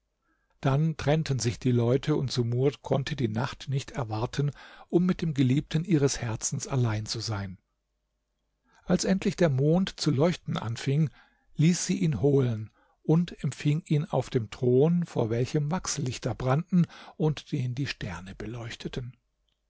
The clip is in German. dann trennten sich die leute und sumurd konnte die nacht nicht erwarten um mit dem geliebten ihres herzens allein zu sein als endlich der mond zu leuchten anfing ließ sie ihn holen und empfing ihn auf dem thron vor welchem wachslichter brannten und den die sterne beleuchteten